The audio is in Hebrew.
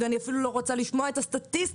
ואני אפילו לא רוצה לשמוע את הסטטיסטיקה